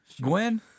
Gwen